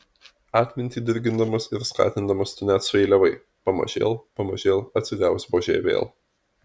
atmintį dirgindamas ir skatindamas tu net sueiliavai pamažėl pamažėl atsigaus buožė vėl